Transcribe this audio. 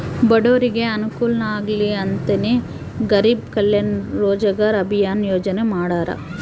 ಬಡೂರಿಗೆ ಅನುಕೂಲ ಆಗ್ಲಿ ಅಂತನೇ ಗರೀಬ್ ಕಲ್ಯಾಣ್ ರೋಜಗಾರ್ ಅಭಿಯನ್ ಯೋಜನೆ ಮಾಡಾರ